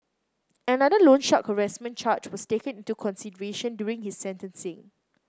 another loan shark harassment charge was taken into consideration during his sentencing